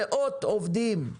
מאות עובדים.